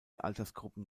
altersgruppen